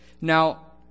Now